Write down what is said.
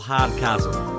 Hardcastle